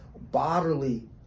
bodily